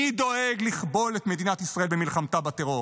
מי דואג לכבול את מדינת ישראל במלחמתה בטרור.